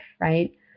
right